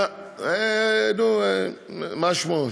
מה שמו?